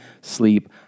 sleep